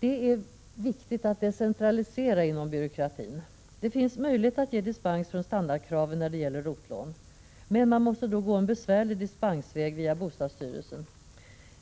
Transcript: Det är viktigt att decentralisera inom byråkratin. Det finns möjligheter att ge dispens från standardkraven när det gäller ROT-lån. Men man måste då gå en besvärlig dispensväg via bostadsstyrelsen.